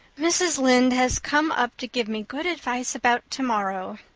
mrs. lynde has come up to give me good advice about tomorrow,